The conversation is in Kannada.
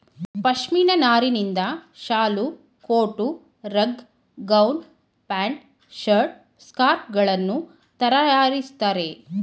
ಪಶ್ಮಿನ ನಾರಿನಿಂದ ಶಾಲು, coat, rug, gown, pant, shirt, scarf ಗಳನ್ನು ತರಯಾರಿಸ್ತರೆ